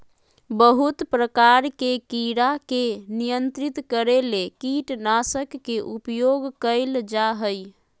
बहुत प्रकार के कीड़ा के नियंत्रित करे ले कीटनाशक के उपयोग कयल जा हइ